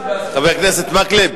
התשע"א 2011,